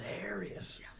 hilarious